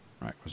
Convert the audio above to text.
right